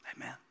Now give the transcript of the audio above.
Amen